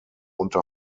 unter